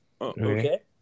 Okay